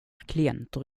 klienter